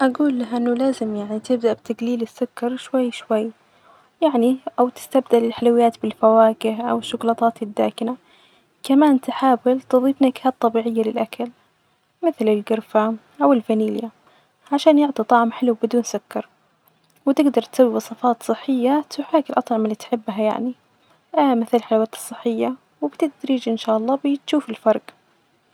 أ أجول لها أنه لازم يعني تبدأ بتجليل السكر شوي شوي، وف الفرج.يعني أو تستبدل الحلويات بالفواكهة أو الشيكولاتات الداكنة، كمان تحاول تظيف نكهات طبيعية للأكل ،مثل الجرفة أو الفانيليا، عشان يعطي طعم حلو بدون سكر، وتجدر تسوي وصفات صحية الأطعم اللي تحبها يعني أ مثل الحلويات الصحية وبالتدريج إن شاء الله بتش